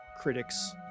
critics